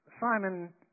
Simon